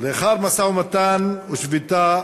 לאחר משא-ומתן ושביתה